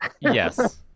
Yes